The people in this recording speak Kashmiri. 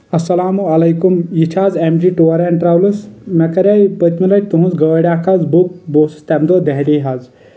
اسلامُ علیکُم یہِ چھ حظ M G tour and travels مےٚ کریٚیہِ پٔتۍمہِ لٹہِ تہنٛز گٲڑۍ اکھ حظ بُک بہٕ اوسُس تمہِ دۄہ دہلی حظ